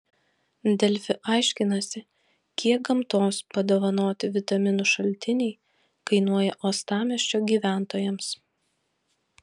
delfi aiškinasi kiek gamtos padovanoti vitaminų šaltiniai kainuoja uostamiesčio gyventojams